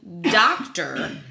doctor